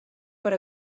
per